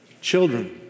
Children